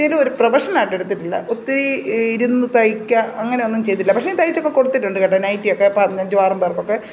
ക്കല് ഒരു പ്രൊഫെഷണലായിട്ട് എടുത്തിട്ടില്ല ഒത്തിരി ഇരുന്ന് തയ്ക്കുക അങ്ങനൊന്നും ചെയ്തിട്ടില്ല പക്ഷെ തയ്ച്ചൊക്കെ കൊടുത്തിട്ടുണ്ട് കേട്ടോ നൈറ്റിയൊക്കെ ഇപ്പോള് അഞ്ചും ആറും പേർക്കൊക്കെ